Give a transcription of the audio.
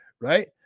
right